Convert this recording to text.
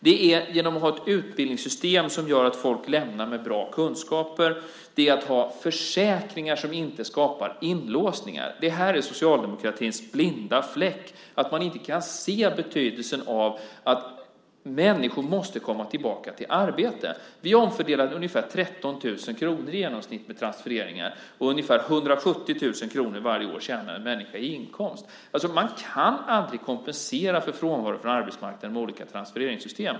Det får man genom att ha ett utbildningssystem som gör att folk lämnar med bra kunskaper, genom att ha försäkringar som inte skapar inlåsningar. Det här är socialdemokratins blinda fläck, att man inte kan se betydelsen av att människor måste komma tillbaka till arbete. Vi omfördelar i genomsnitt 13 000 kr med hjälp av transfereringar, och den ungefärliga inkomsten per år är 170 000. Det går aldrig att kompensera frånvaro från arbetsmarknaden med olika transfereringssystem.